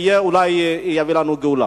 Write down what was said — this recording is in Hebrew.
וזה אולי יביא לנו גאולה.